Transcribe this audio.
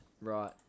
Right